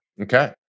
Okay